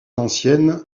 ancienne